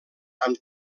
amb